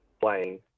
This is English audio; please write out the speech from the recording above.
playing